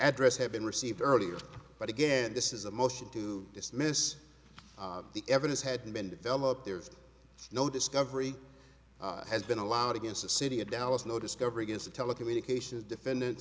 address had been received earlier but again this is a motion to dismiss the evidence had been developed there is no discovery has been allowed against the city of dallas no discovery against a telecommunications defendant